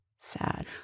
Sad